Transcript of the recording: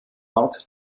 art